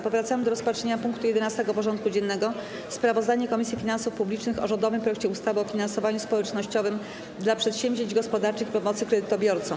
Powracamy do rozpatrzenia punktu 11. porządku dziennego: Sprawozdanie Komisji Finansów Publicznych o rządowym projekcie ustawy o finansowaniu społecznościowym dla przedsięwzięć gospodarczych i pomocy kredytobiorcom.